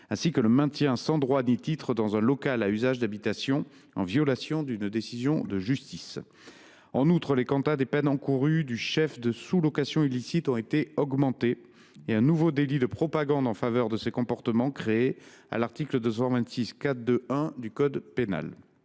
part, « le maintien sans droit ni titre dans un local à usage d’habitation en violation d’une décision de justice ». En outre, les quanta des peines encourues du chef de sous location illicite ont été augmentés et un nouveau délit de propagande en faveur de ces comportements a été créé à l’article 226 4 2 1 du code pénal.